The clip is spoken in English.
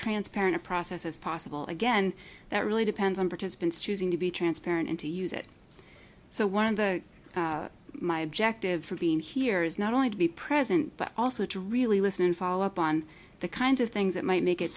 transparent a process as possible again that really depends on participants choosing to be transparent and to use it so one of the my objective for being here is not only to be present but also to really listen and follow up on the kinds of things that might make it